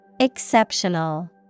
Exceptional